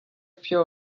pure